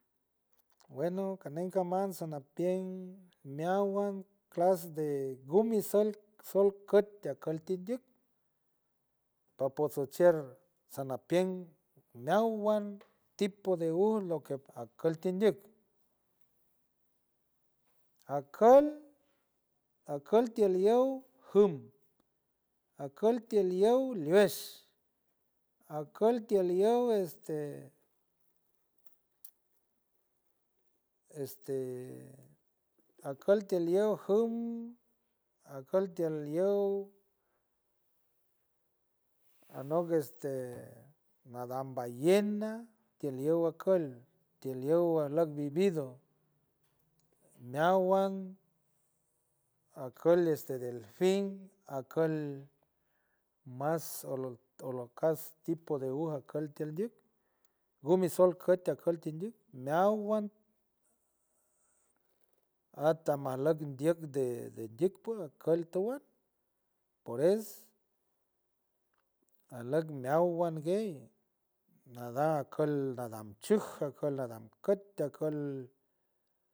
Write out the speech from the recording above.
Bueno caney caman sanapien neawal clas de gumi suelt sol cut teacol tndiuck paposoltchiert sanapient neawal tipo de hulu lo que acoltindiec acool, acool tiel yel jum, acol tiel yesh acool tiel yel este, este acol tiel yel jum, acol tiel yel anow este nadam ballena, tiel yel acowl, tieley alok vivido neawal acol este delfin, acol mas olo olocasti tipo de aguja caltieldiuc, gumisoid cutl teacolt tndiuc nawal atamasloc ndiec de denyec apue acolt tawal por es aslog miawan guey nadaa acolt nada shuck coca lanlacot teacolt.